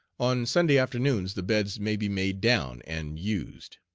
on sunday afternoons the beds may be made down and used.